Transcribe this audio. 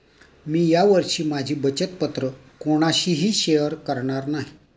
मी या वर्षी माझी बचत पत्र कोणाशीही शेअर करणार नाही